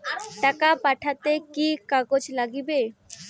টাকা পাঠাইতে কি কাগজ নাগীবে?